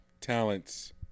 talents